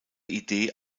idee